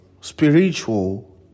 spiritual